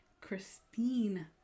Christine